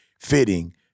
fitting